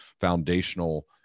foundational